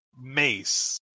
Mace